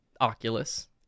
Oculus